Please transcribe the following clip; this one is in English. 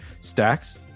stacks